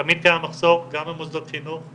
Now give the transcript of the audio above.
תמיד קיים מחסור גם במוסדות חינוך,